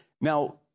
Now